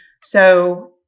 So-